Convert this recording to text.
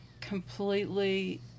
completely